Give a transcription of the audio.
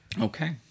Okay